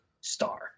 star